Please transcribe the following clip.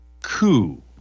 coup